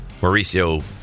Mauricio